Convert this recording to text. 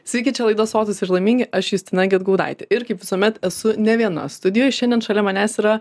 sykį čia laida sotūs ir laimingi aš justina gedgaudaitė ir kaip visuomet esu ne viena studijoj šiandien šalia manęs yra